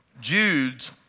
Jude's